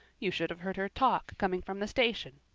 you should have heard her talk coming from the station.